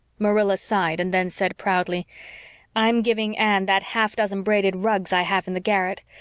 marilla sighed and then said proudly i'm giving anne that half dozen braided rugs i have in the garret.